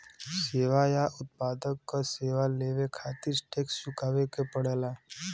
सेवा या उत्पाद क सेवा लेवे खातिर टैक्स चुकावे क पड़ेला